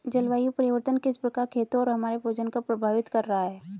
जलवायु परिवर्तन किस प्रकार खेतों और हमारे भोजन को प्रभावित कर रहा है?